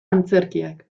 antzerkiak